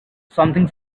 something